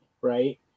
right